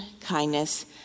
kindness